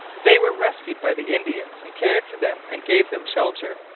they were rescued by the indians, who cared for them and gave them shelter.